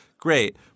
Great